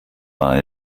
war